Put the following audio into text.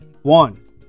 One